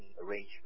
arrangement